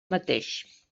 mateix